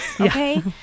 Okay